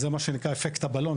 אז זה מה שנקרא אפקט הבלון,